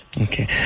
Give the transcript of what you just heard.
Okay